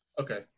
Okay